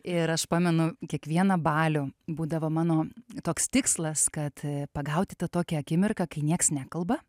ir aš pamenu kiekvieną balių būdavo mano toks tikslas kad pagauti tą tokią akimirką kai nieks nekalba